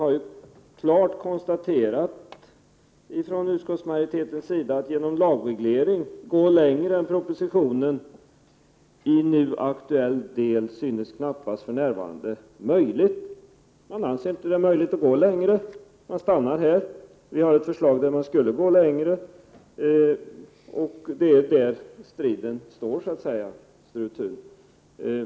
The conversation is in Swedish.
Utskottsmajoriteten har ju klart konstaterat att det för närvarande knappast synes möjligt att genom lagreglering gå längre än propositionen i nu aktuell del föreslagit. Vi har ett förslag som går längre, och det är därom striden står, Sture Thun.